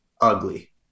ugly